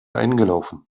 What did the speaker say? eingelaufen